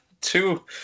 two